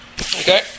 Okay